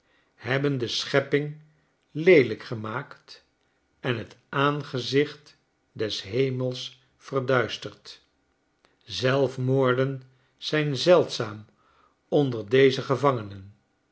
hebben de schepping leelijk gemaakt en het aangezicht des hemels verduisterd zelfmoorden zijn zeldzaam onder deze gevangenen